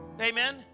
Amen